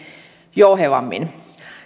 jouhevimmin